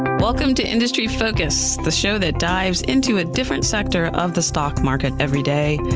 welcome to industry focus, the show that dives into a different sector of the stock market every day.